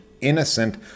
innocent